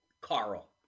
Carl